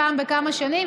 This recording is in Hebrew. פעם בכמה שנים,